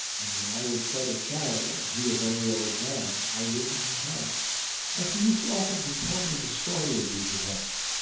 and when i was quite a child, and he a very old man, i lived in his house and he used often to tell me the story of these events.